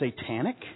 satanic